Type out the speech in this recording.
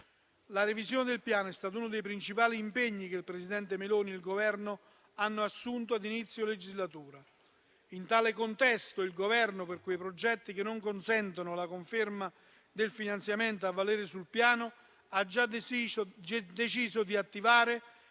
La revisione del Piano è stata uno dei principali impegni che il presidente Meloni e il Governo hanno assunto ad inizio legislatura. In tale contesto, il Governo, per i progetti che non consentono la conferma del finanziamento a valere sul Piano, ha già deciso di attivare